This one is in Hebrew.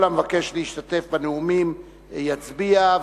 כל המבקש להשתתף בנאומים יצביע.